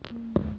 mm